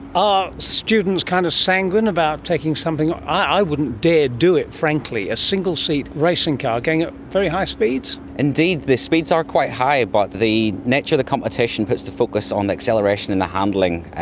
are students kind of sanguine about taking something on? i wouldn't dare do it, frankly, a single-seat racing car going at very high speeds. indeed, the speeds are quite high but the nature of the competition puts the focus on acceleration and the handling,